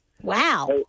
Wow